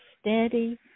steady